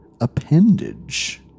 appendage